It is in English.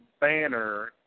banner